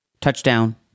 touchdown